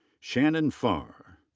shannon farr.